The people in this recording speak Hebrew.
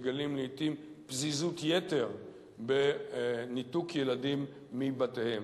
מגלים לעתים פזיזות יתר בניתוק ילדים מבתיהם.